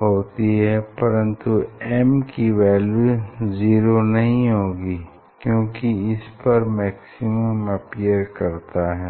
होती है परन्तु m की वैल्यू जीरो नहीं होगी क्योंकि इसपर मैक्सिमम अपीयर करता है